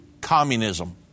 communism